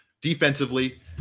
defensively